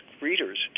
readers